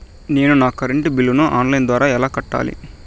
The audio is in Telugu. నేను నా కరెంటు బిల్లును ఆన్ లైను ద్వారా ఎలా కట్టాలి?